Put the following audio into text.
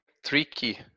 tricky